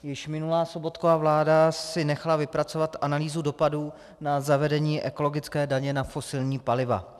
Již minulá Sobotkova vláda si nechala vypracovat analýzu dopadů na zavedení ekologické daně na fosilní paliva.